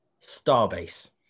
Starbase